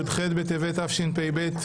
י"ח בטבת תשפ"ב,